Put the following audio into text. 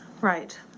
Right